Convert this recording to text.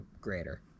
greater